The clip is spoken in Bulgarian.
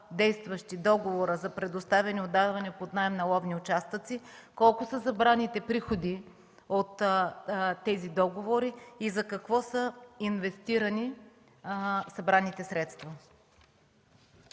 действащи договора за предоставяне и отдаване под наем на ловни участъци, колко са събраните приходи от тези договори и за какво са инвестирани събраните средства?